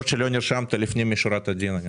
בבקשה.